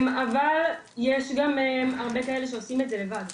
אבל יש גם הרבה כאלה שעושים את זה לבד.